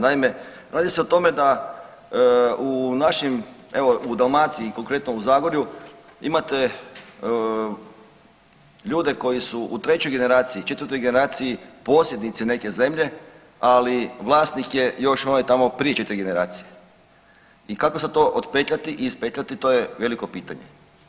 Naime, radi se o tome da u našim, evo u Dalmaciji, konkretno u Zagorju imate ljude koji su u trećoj generaciji, četvrtoj generaciji posjednici neke zemlje, ali vlasnik je još onaj tamo prije četiri generacije i kako sad to otpetljati i ispetljati to je veliko pitanje.